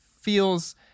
feels